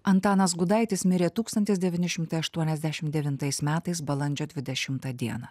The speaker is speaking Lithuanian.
antanas gudaitis mirė tūkstantis devyni šimtai aštuoniasdešim devintais metais balandžio dvidešimtą dieną